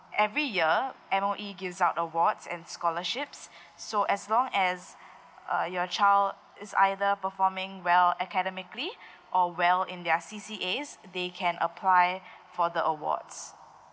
every year M_O_E gives out awards and scholarships so as long as uh your child is either performing well academically or well in their C_C_A's they can apply for the awards